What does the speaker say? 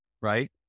right